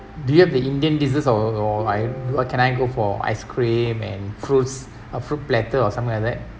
do you have the indian desserts or or I can I go for ice cream and fruits uh fruit platter or something like that